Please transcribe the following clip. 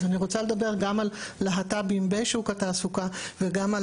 אז אני רוצה לדבר גם על להט"בים בשוק התעסוקה וגם על